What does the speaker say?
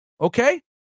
okay